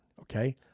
okay